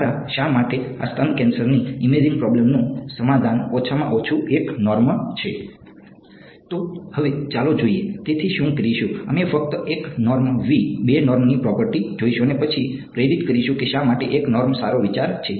મારા શા માટે આ સ્તન કેન્સરની ઇમેજિંગ પ્રોબ્લેમનું સમાધાન ઓછામાં ઓછું 1 નોર્મ છે તો હવે ચાલો જોઈએ તેથી શું કરીશું અમે ફક્ત 1 નોર્મ વિ 2 નોર્મની પ્રોપર્ટી જોઈશું અને પછી પ્રેરિત કરીશું કે શા માટે 1 નોર્મ સારો વિચાર છે